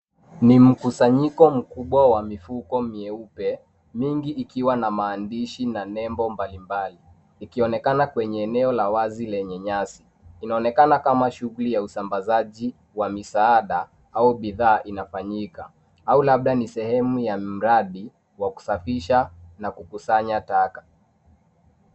Ni mikusanyiko mkubwa ya mifuko mieupe mingi ikiwa na maandishi na nembo mbali mbali. Ikionekana kwenye eneo la wazi lenye nyasi. Inaonekana kama shughuli ya usambazaji wa misaada au bidhaa inafanyika. Au labda ni sehemu ya mradi wa kusafisha na kukusanya taka.